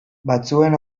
batzuen